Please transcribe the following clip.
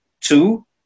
Two